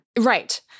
Right